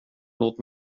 låt